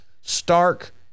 stark